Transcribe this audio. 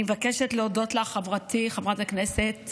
אני מבקשת להודות לך, חברתי חברת הכנסת